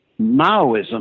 Maoism